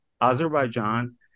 Azerbaijan